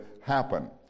happen